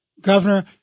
Governor